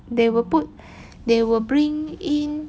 they will put they will bring in